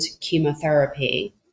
chemotherapy